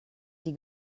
die